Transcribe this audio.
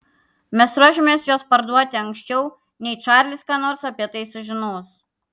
mes ruošiamės juos parduoti anksčiau nei čarlis ką nors apie tai sužinos